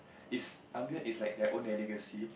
is is like their own delicacy